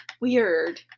weird